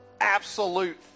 absolute